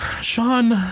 Sean